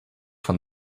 von